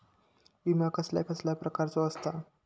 विमा कसल्या कसल्या प्रकारचो असता?